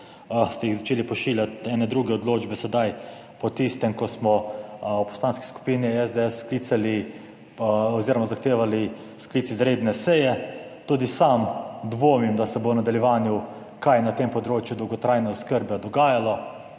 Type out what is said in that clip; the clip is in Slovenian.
ste jih začeli pošiljati ene druge odločbe. Sedaj po tistem, ko smo v Poslanski skupini SDS sklicali oziroma zahtevali sklic izredne seje, tudi sam dvomim, da se bo v nadaljevanju kaj na tem področju dolgotrajne oskrbe dogajalo.